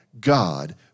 God